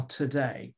today